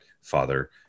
father